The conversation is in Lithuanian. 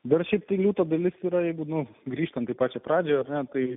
viršyti liūto dalis yra jei būnu grįžtanti pačioje pradžioje klientai